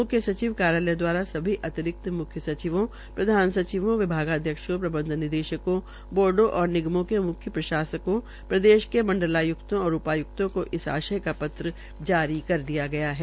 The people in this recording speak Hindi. म्ख्य सचिव कार्यालय द्वारा सभी अतिरिक्त म्ख्य सचिवों प्रधान सचिवों विभागाध्यक्षों प्रबंध निदेशकों बोर्डों और निगमों के मुख्य प्रशासकों प्रदेश के मंडलाय्क्तों और उपाय्क्तों को इस आशय का एक पत्र जारी किया गया है